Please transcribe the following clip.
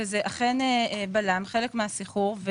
וזה אכן בלם חלק מהסחרור.